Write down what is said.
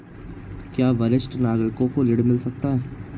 क्या वरिष्ठ नागरिकों को ऋण मिल सकता है?